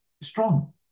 strong